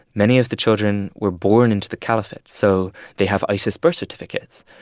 many of the children were born into the caliphate, so they have isis birth certificates.